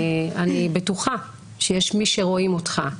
אני בטוחה שיש מי שרואים אותך,